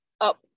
up